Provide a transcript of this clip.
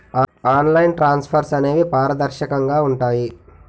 online transfers అనేవి పారదర్శకంగా ఉంటాయి